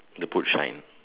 the boot shine